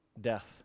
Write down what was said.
death